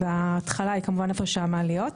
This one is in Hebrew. וההתחלה היא כמובן איפה שהמעליות,